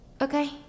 Okay